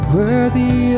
worthy